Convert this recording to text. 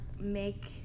make